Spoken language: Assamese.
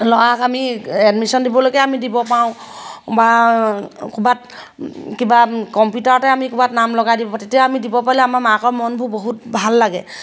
ল'ৰাক আমি এডমিশ্যন দিবলৈকে আমি দিব পাৰোঁ বা ক'ৰবাত কিবা কম্পিউটাৰতে আমি ক'ৰবাত নাম লগাই দিব তেতিয়া আমি দিব পালে আমাৰ মাকৰ মনবোৰ বহুত ভাল লাগে